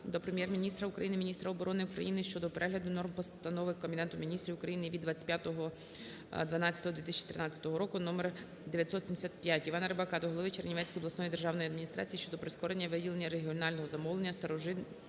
до Прем'єр-міністра України, міністра оборони України щодо перегляду норм постанови Кабінету Міністрів України від 25.12.2013 року № 975. Івана Рибака до голови Чернівецької обласної державної адміністрації щодо прискорення виділення регіонального замовлення